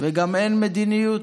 וגם אין מדיניות.